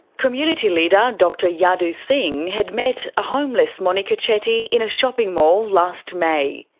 community leader dr yadu singh had met a homeless monika chetty in a shopping mall last may.